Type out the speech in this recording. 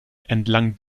entlang